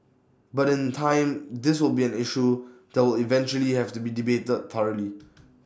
but in time this will be an issue that will eventually have to be debated thoroughly